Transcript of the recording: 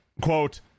quote